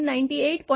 4 1000 1